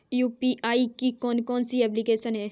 UPI की कौन कौन सी एप्लिकेशन हैं?